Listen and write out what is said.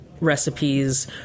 recipes